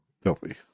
filthy